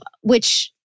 which-